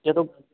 ਜਦੋਂ